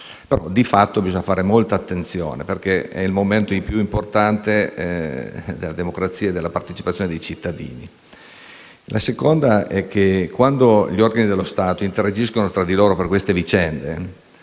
Di fatto bisogna fare molta attenzione perché si tratta del momento più importante della democrazia e della partecipazione dei cittadini. In secondo luogo, quando gli organi dello Stato interagiscono tra di loro per queste vicende,